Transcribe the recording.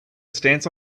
stance